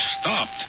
stopped